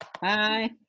Bye